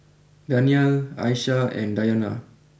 Danial Aisyah and Dayana